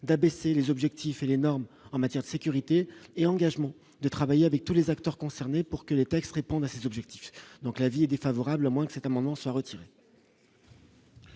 d'abaisser les objectifs et les normes en matière de sécurité et engagement de travailler avec tous les acteurs concernés pour que le texte réponde à cet objectif, donc l'avis défavorable à moins que cet amendement ça retirer.